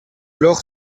lorp